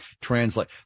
translate